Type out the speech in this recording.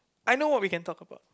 I know what we can talk about